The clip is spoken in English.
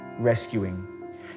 rescuing